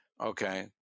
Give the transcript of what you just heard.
Okay